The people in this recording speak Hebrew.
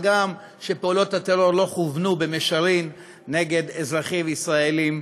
הגם שפעולות הטרור לא כוונו במישרין נגד אזרחים ישראלים,